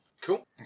Cool